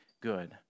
good